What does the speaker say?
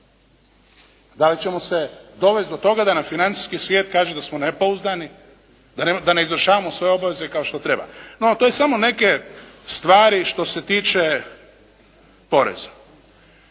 Da li ćemo se dovesti do toga da nam financijski svijet kaže da smo nepouzdani, da ne izvršavamo svoje obaveze kako treba? No, to su samo neke stvari što se tiče poreza.